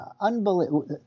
unbelievable